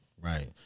Right